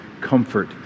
comfort